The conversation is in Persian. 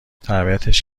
تربیتش